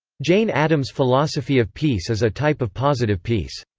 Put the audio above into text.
jane addams philosophy of peace is a type of positive peace.